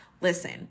listen